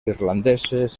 irlandeses